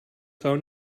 phone